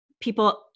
people